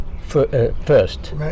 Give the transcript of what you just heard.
first